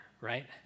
right